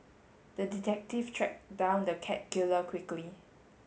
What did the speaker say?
the detective tracked down the cat killer quickly